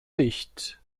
licht